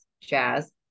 jazz